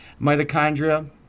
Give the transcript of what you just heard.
mitochondria